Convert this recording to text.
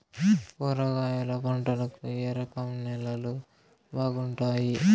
కూరగాయల పంటలకు ఏ రకం నేలలు బాగుంటాయి?